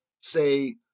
say